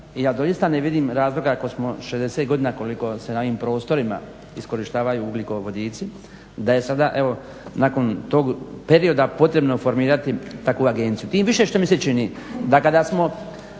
i ja doista ne vidim razloga ako smo 60 godina koliko smo na ovim prostorima iskorištavaju ugljikovodici da je sada evo nakon tog perioda potrebno formirati takvu agenciju. Tim više što mi se čini da kada smo